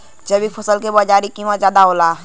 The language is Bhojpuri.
जैविक फसल क बाजारी कीमत ज्यादा होला